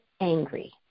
angry